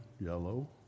yellow